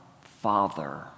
Father